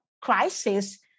crisis